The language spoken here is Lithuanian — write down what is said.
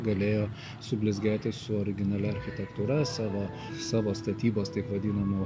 galėjo sublizgėti su originalia architektūra savo savo statybos taip vadinamu